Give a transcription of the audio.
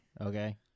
okay